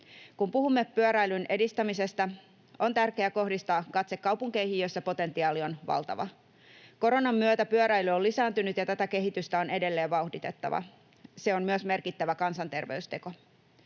Kun puhumme pyöräilyn edistämisestä, on tärkeää kohdistaa katse kaupunkeihin, joissa potentiaali on valtava. Koronan myötä pyöräily on lisääntynyt, ja tätä kehitystä on edelleen vauhditettava. Se on myös merkittävä kansanterveysteko.